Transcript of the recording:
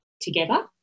together